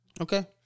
Okay